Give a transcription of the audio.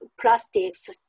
plastics